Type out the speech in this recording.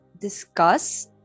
discuss